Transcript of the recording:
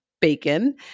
bacon